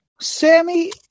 Sammy